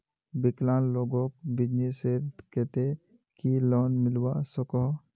विकलांग लोगोक बिजनेसर केते की लोन मिलवा सकोहो?